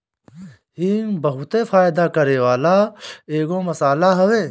हिंग बहुते फायदा करेवाला एगो मसाला हवे